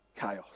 chaos